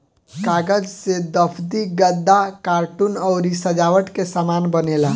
कागज से दफ्ती, गत्ता, कार्टून अउरी सजावट के सामान बनेला